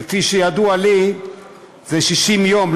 כפי שידוע לי זה 60 יום,